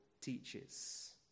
teaches